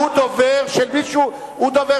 הוא דובר של מי שהוא רוצה,